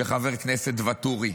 כשחבר הכנסת ואטורי